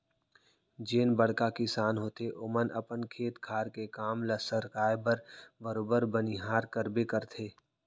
जेन बड़का किसान होथे ओमन अपन खेत खार के काम ल सरकाय बर बरोबर बनिहार करबे करथे